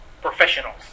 professionals